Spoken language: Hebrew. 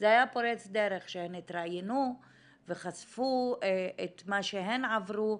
זה היה פורץ דרך שהן התראיינו וחשפו את מה שהן עברו.